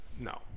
No